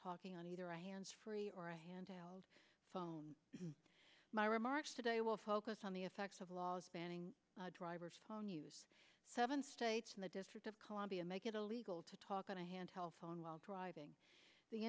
talking on either i hands free or a handheld phone my remarks today will focus on the effects of laws banning driver's phone use seven states in the district of columbia make it illegal to talk on a hand held phone while driving the